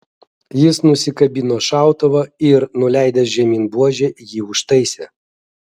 jis nusikabino šautuvą ir nuleidęs žemyn buožę jį užtaisė